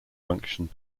function